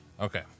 Okay